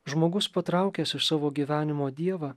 žmogus patraukęs iš savo gyvenimo dievą